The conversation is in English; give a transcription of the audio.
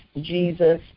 Jesus